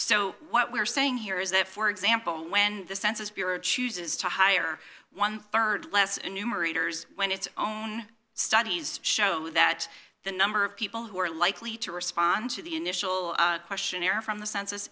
so what we're saying here is that for example when the census bureau chooses to hire one rd less enumerators when its own studies show that the number of people who are likely to respond to the initial questionnaire from the census